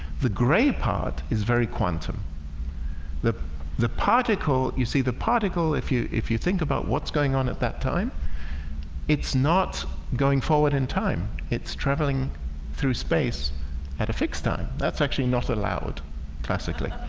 the gray part is very quantum the the particle you see the particle if you if you think about what's going on at that time it's not going forward in time. it's traveling through space at a fixed time. that's actually not allowed classically,